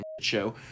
show